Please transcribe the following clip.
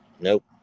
nope